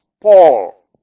Paul